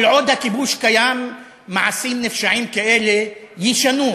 כל עוד הכיבוש קיים, מעשים נפשעים כאלה יישנו.